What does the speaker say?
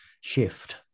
shift